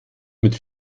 mit